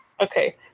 Okay